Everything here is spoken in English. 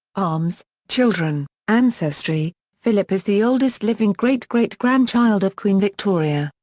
arms children ancestry philip is the oldest living great-great grandchild of queen victoria,